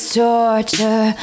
torture